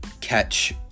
catch